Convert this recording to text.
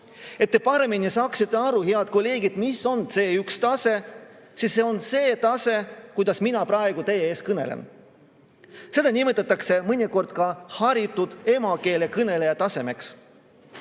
Et te paremini saaksite aru, head kolleegid, mis on C1‑tase: see on see tase, kuidas mina praegu teie ees kõnelen. Seda nimetatakse mõnikord ka haritud emakeelekõneleja tasemeks.